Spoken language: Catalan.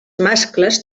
mascles